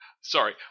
Sorry